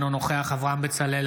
אינו נוכח אברהם בצלאל,